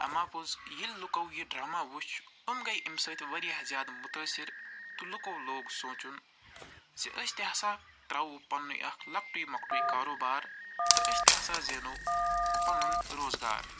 اَما پوٚز ییٚلہِ لُکو یہِ ڈرٛاما وٕچھ یِم گٔے اَمہِ سۭتۍ وارِیاہ زیادٕ متٲثر تہٕ لُکو لوگ سونٛچُن زِ أسۍ تہِ ہسا ترٛاوو پنٛنُے اکھ لۄکٹُے مۄکٹُے کاروبار تہٕ أسۍ تہِ ہسا زینو پنُن روزگار